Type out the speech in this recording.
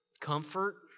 comfort